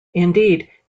indeed